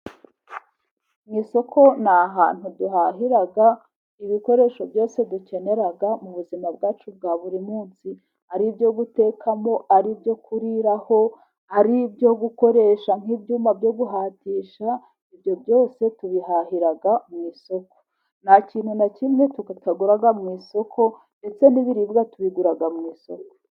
Mu isoko ni ahantu duhahira ibikoresho byose dukenera mu buzima bwacu bwa buri munsi. Ari ibyo gutekamo, ari ibyo kuriraho, ari ibyo gukoresha nk'ibyuma byo guhatisha ibyo byose tubihahira mu isoko. Nta kintu na kimwe tutagura mu isoko, ndetse n'ibiribwa tubigura mu isoko.